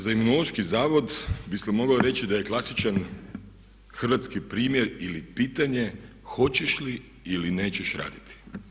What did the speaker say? Za Imunološki zavod bi se moglo reći da je klasičan hrvatski primjer ili pitanje hoćeš li ili nećeš raditi.